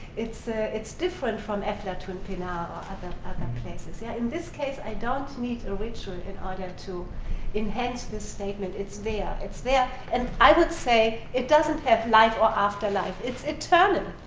it's ah it's different from eflatun pinar or other places. yeah in this case i don't need a ritual in order to enhance this statement. it's there. it's there, and i would say it doesn't have life or afterlife. it's eternal.